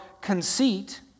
conceit